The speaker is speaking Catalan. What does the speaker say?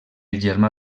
germà